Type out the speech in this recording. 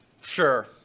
Sure